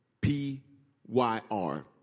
P-Y-R